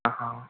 हाँ